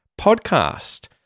podcast